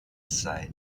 sein